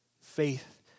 faith